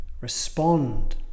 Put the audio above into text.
respond